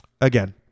Again